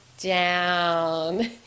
down